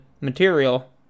material